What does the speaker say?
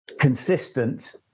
consistent